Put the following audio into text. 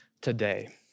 today